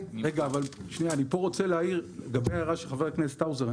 לגבי ההערה של חבר הכנסת האוזר,